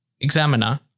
examiner